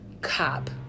cop